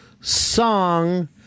song